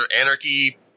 Anarchy